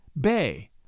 Bay